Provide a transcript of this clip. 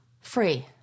Free